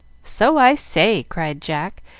so i say! cried jack,